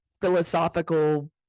philosophical